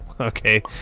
Okay